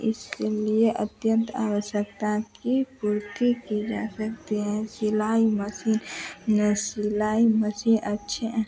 इसलिए अत्यन्त आवश्यकता की पूर्ति की जा सकती है सिलाई मशीन ने सिलाई मशीन अच्छे